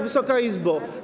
Wysoka Izbo!